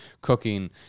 cooking